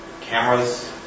cameras